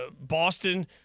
Boston